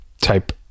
type